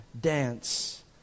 dance